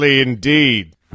indeed